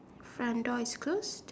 front door is closed